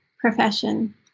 profession